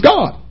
God